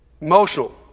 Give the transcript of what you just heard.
Emotional